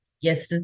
yes